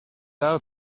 out